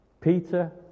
Peter